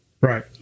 Right